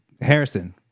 Harrison